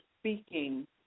speaking